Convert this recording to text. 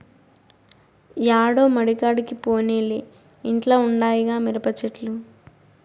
యాడో మడికాడికి పోనేలే ఇంట్ల ఉండాయిగా మిరపచెట్లు